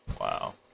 Wow